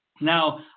Now